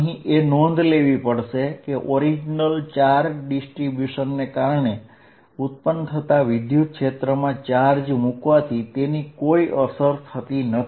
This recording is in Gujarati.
અહીં એ નોંધ લેવી પડશે કે ઓરીજનલ ચાર્જ ડિસ્ટ્રીબ્યુશન ને કારણે ઉત્પન્ન થતા વિદ્યુતક્ષેત્રમાં ચાર્જ મૂકવાથી તેની કોઈ અસર થતી નથી